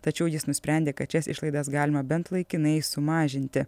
tačiau jis nusprendė kad šias išlaidas galima bent laikinai sumažinti